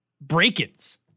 break-ins